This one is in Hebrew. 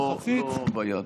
לא ביד.